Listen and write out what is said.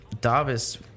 Davis